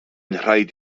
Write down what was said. rhaid